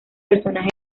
personaje